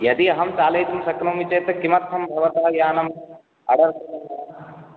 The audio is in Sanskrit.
यदि अहं चालयितुं शक्नोमि चेत् किमर्थं भवतः यानम् आर्डर् करोमि अहं